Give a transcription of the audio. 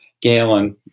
galen